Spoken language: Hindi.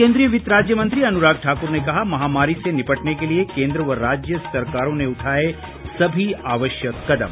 केन्द्रीय वित्त राज्य मंत्री अनुराग ठाकुर ने कहा महामारी से निपटने के लिए केन्द्र व राज्य सरकारों ने उठाए सभी जरूरी कदम